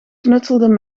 knutselden